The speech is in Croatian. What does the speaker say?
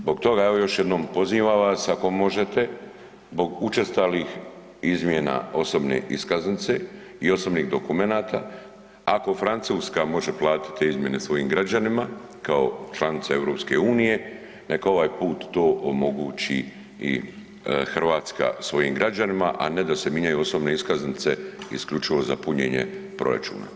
Zbog toga evo još jednom pozivam vas ako možete zbog učestalih izmjena osobne iskaznice i osobnih dokumenata, ako Francuska može platiti izmjene svojim građanima kao članica EU nek ovaj put to omogući i Hrvatska svojim građanima, a ne da se minjaju osobne iskaznice isključivo za punjenje proračuna.